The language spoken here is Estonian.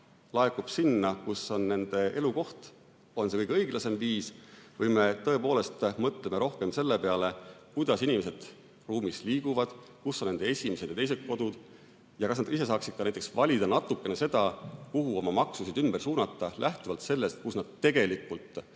laekub sinna, kus on nende elukoht, on kõige õiglasem viis, või me tõepoolest peaks mõtlema rohkem selle peale, kuidas inimesed ruumis liiguvad, kus on nende esimesed ja teised kodud ning kas nad ise saaksid ka näiteks valida natukene seda, kuhu oma maksusid ümber suunata, lähtuvalt sellest, kus nad tegelikult oma